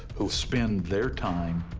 who spend their time,